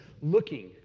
looking